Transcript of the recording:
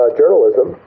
journalism